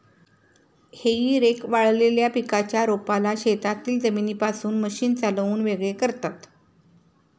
हेई रेक वाळलेल्या पिकाच्या रोपाला शेतातील जमिनीपासून मशीन चालवून वेगळे करतात